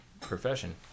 profession